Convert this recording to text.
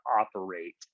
operate